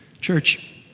Church